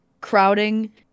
crowding